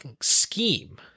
scheme